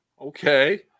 Okay